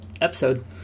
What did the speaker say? episode